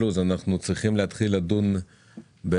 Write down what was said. הישיבה ננעלה בשעה 11:00.